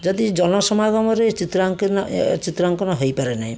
ଯଦି ଜନସମାଗମରେ ଚିତ୍ରାଙ୍କନ ଏ ଚିତ୍ରାଙ୍କନ ହେଇପାରେନାହିଁ